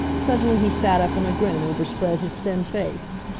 suddenly he sat up and a grin overspread his thin face.